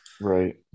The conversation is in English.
Right